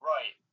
Right